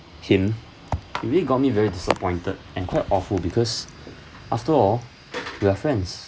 him it really got me very disappointed and quite awful because after all you're friends